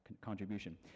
contribution